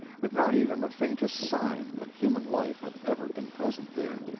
with not even the faintest sign that human life had ever been present there.